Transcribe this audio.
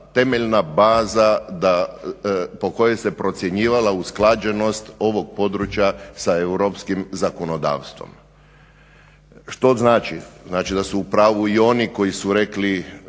temeljna baza po kojoj se procjenjivala usklađenost ovog područja sa europskim zakonodavstvom. Što znači? Znači da su u pravu i oni koji su rekli